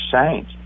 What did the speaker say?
saint